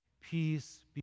Peace